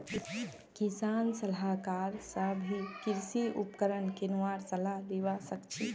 किसान सलाहकार स भी कृषि उपकरण किनवार सलाह लिबा सखछी